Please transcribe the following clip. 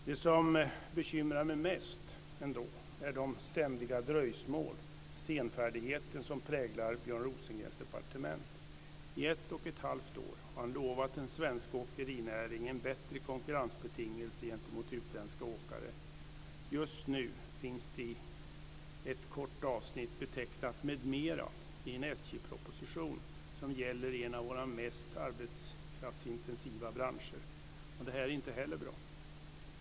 Det som bekymrar mig mest är ändå de ständiga dröjsmål och senfärdigheten som präglar Björn Rosengrens departement. I ett och ett halvt år har han lovat den svenska åkerinäringen bättre konkurrensbetingelser gentemot utländska åkare. Just nu finns det ett kort avsnitt betecknat m.m. i en SJ-proposition som gäller en av våra mest arbetskraftsintensiva branscher. Det är inte heller bra.